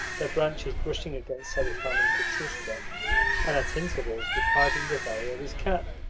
their branches brushing against selifan and petrushka, and at intervals depriving the valet of his cap.